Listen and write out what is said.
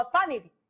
family